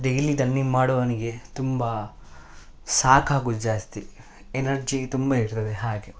daily training ಮಾಡೋವನಿಗೆ ತುಂಬ ಸಾಕಾಗುದು ಜಾಸ್ತಿ ಎನರ್ಜಿ ತುಂಬ ಇರ್ತದೆ ಹಾಗೆ